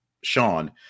Sean